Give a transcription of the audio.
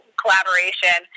collaboration